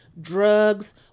drugs